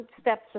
steps